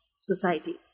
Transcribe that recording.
societies